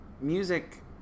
music